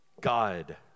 God